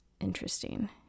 interesting